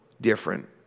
different